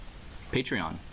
Patreon